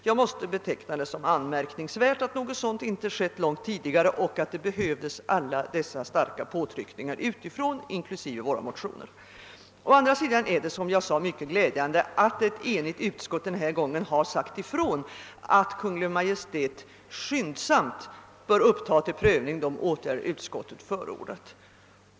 Jag måste beteckna det som anmärkningsvärt att detta inte skett långt tidigare och att det skulle behövas alla desa starka påtryckningar utifrån, inklusive våra motioner, för att åtminstone en arbetsgrupp skulle komma tiil stånd. Å andra sidan är det som jag sade mycket glädjande att ett enigt utskott denna gång har sagt ifrån att Kungl. Maj:t skyndsamt bör uppta till prövning de åtgärder utskottet förordat.